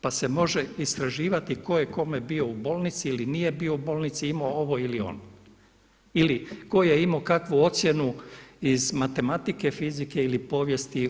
Pa se može istraživati tko je kome bio u bolnici ili nije bio u bolnici, imao ovo ili ono ili tko je imao kakvu ocjenu iz matematike, fizike ili povijesti